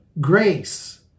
Grace